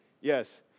Yes